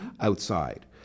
outside